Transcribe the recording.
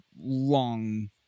long